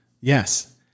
Yes